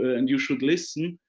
and you should listen.